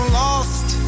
lost